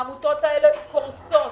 העמותות האלה קורסות.